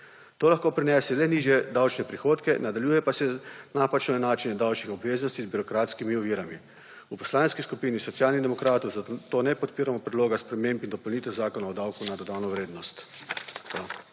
To lahko prinese le nižje davčne prihodke, nadaljuje pa se napačno enačenje davčnih obveznosti z birokratskimi ovirami. V Poslanski skupini Socialnih demokratov zato ne podpiramo Predloga sprememb in dopolnitev Zakona o davku na dodano vrednost.